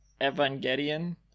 Evangelion